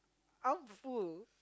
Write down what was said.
I'm full